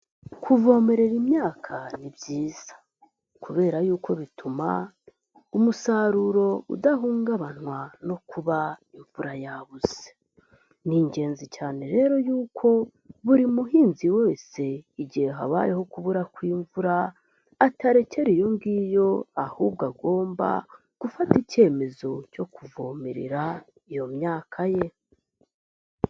Kuvomerera imyaka ni byiza kubera yuko bituma umusaruro udahungabanywa, no kuba imfura yabuze. Ni ingenzi cyane rero yuko buri muhinzi wese igihe habayeho kubura kw'imvura, atarekera iyo ngiyo, ahubwo agomba gufata ikemezo cyo kuvomerera iyo myaka ye.